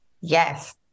Yes